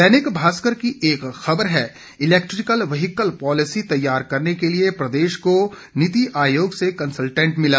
दैनिक भास्कर की एक खबर है इलेक्ट्रिकल व्हीकल पॉलिसी तैयार करने के लिए प्रदेश को नीति आयोग से कंसल्टेंट मिला